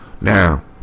Now